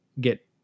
get